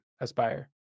Aspire